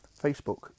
Facebook